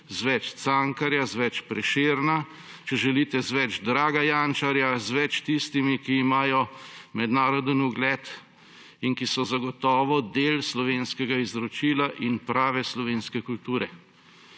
z več Cankarja, z več Prešerna, če želite z več Draga Jančarja, z več tistimi, ki imajo mednarodni ugled in ki so zagotovo del slovenskega izročila in prave slovenske kulture.